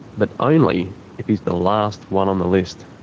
but only if he's the last one on the list.